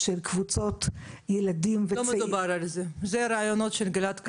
של כל משרדי הממשלה כי באמת מדובר באירוע מאוד גדול.